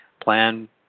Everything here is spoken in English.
plan